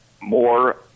more